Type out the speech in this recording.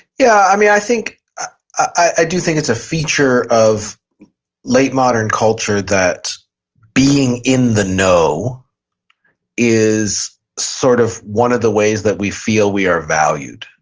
yeah. um yeah i do think it's a feature of late modern culture that being in the know is sort of one of the ways that we feel we are valued.